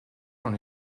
dans